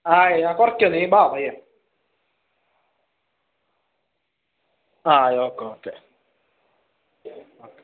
ആ ഞാൻ കുറക്കാം നീ ബാ പയ്യെ ആയ ഓക്കെ ഓക്കെ ഓക്കെ